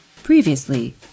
Previously